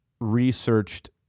researched